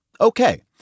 okay